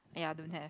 ya don't have